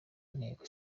nteko